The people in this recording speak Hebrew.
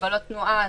מגבלות תנועה,